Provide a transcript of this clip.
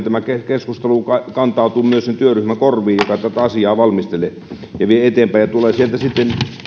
tämä keskustelu kantautuu myös sen työryhmän korviin joka asiaa valmistelee ja vie eteenpäin ja se tulee sieltä sitten